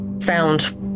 found